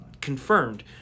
confirmed